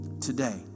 today